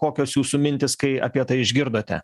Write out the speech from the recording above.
kokios jūsų mintys kai apie tai išgirdote